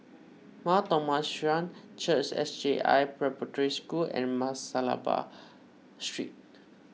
Mar Thoma Syrian Church S J I Preparatory School and Masalabar Street